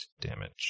damage